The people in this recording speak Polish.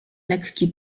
lekki